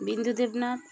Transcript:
Bindudev Nath